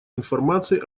информации